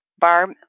Barb